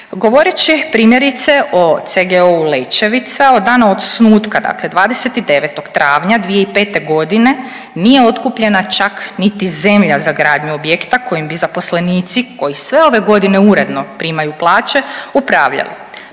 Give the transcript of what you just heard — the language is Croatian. Govoreći primjerice o CGO-u Lećevica od dana osnutka dakle 29. travnja 2005. nije otkupljena čak niti zemlja za gradnju objekta kojim bi zaposlenici koji sve ove godine uredno primaju plaće upravljali.